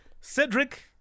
Cedric